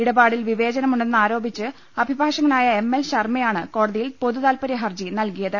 ഇടപാടിൽ വിവേചനമുണ്ടെന്നാരോപിച്ച് അഭിഭാഷ കനായ എം എൽ ശർമ്മയാണ് കോടതിയിൽ പൊതുതാത്പരൃ ഹർജി നൽകിയത്